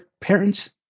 parents